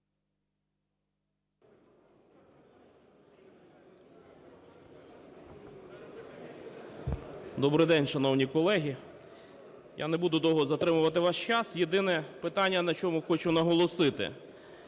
Добрий день, шановні колеги! Я не буду довго затримувати вас час. Єдине питання, на чому хочу наголосити,